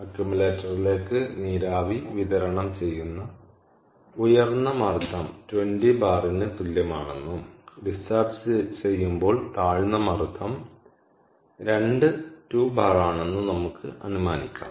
അക്യുമുലേറ്ററിലേക്ക് നീരാവി വിതരണം ചെയ്യുന്ന ഉയർന്ന മർദ്ദം 20 ബാറിന് തുല്യമാണെന്നും ഡിസ്ചാർജ് ചെയ്യുമ്പോൾ താഴ്ന്ന മർദ്ദം 2 ബാറാണെന്നും നമുക്ക് അനുമാനിക്കാം